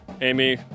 Amy